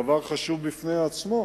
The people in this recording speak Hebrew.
דבר חשוב בפני עצמו.